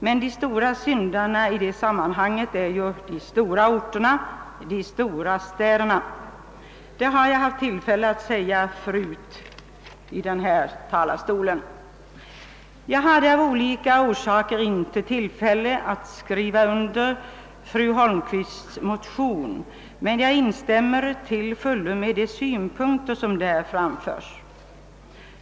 Men de stora syndarna i det sammanhanget är de stora orterna, de stora städerna. Jag har haft tillfälle att säga detta förut från denna talarstol. Jag hade av olika orsaker inte tillfälle att skriva under fru Holmqvists moötion, men jag instämmer till fullo med de synpunkter som där framföres.